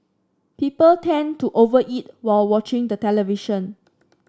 people tend to over eat while watching the television